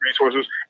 resources